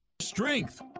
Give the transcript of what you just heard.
Strength